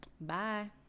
Bye